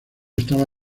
estaba